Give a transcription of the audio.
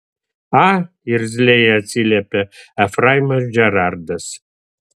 a irzliai atsiliepė efraimas džerardas